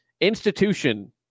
Institution